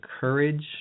courage